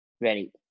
Ready